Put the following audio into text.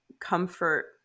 comfort